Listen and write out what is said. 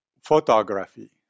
photography